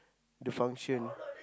the function